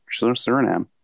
Suriname